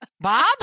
Bob